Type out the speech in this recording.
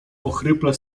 ochryple